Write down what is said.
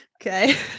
okay